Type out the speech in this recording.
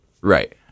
Right